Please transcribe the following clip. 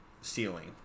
ceiling